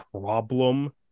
problem